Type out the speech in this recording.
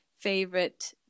favorite